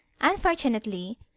unfortunately